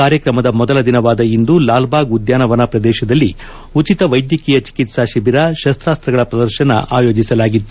ಕಾರ್ಯಕ್ರಮದ ಮೊದಲ ದಿನವಾದ ಇಂದು ಲಾಲ್ಬಾಗ್ ಉದ್ದಾನ ವನ ಪ್ರದೇಶದಲ್ಲಿ ಉಚಿತ ವೈದ್ಯಕೀಯ ಚಿಕಿತ್ತಾ ಶಿಬಿರ ಶಸ್ತಾಸ್ತಗಳ ಪ್ರದರ್ಶನ ಆಯೋಜಿಸಲಾಗಿತ್ತು